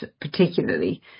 particularly